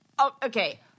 Okay